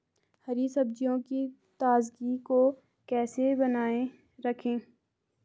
हरी सब्जियों की ताजगी को कैसे बनाये रखें?